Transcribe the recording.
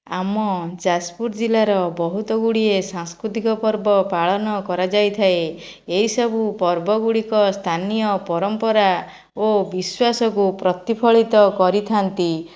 ଆମ ଯାଜପୁର ଜିଲ୍ଲାର ବୋହୁତଗୁଡ଼ିଏ ସାଂସ୍କୃତିକ ପର୍ବ ପାଳନ କରାଯାଇଥାଏ ଏହି ସବୁ ପର୍ବଗୁଡ଼ିକ ସ୍ଥାନୀୟ ପରମ୍ପରା ଓ ବିଶ୍ଵାସକୁ ପ୍ରତିଫଳିତ କରିଥାନ୍ତି